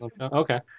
Okay